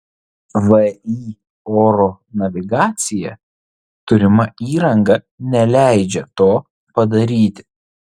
vį oro navigacija turima įranga neleidžia to padaryti